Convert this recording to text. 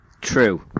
True